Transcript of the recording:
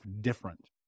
different